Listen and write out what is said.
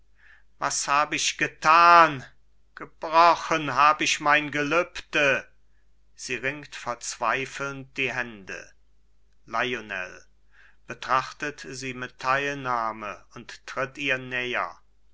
was hab ich getan gebrochen hab ich mein gelübde sie ringt verzweifelnd die hände lionel betrachtet sie mit teilnahme und tritt ihr näher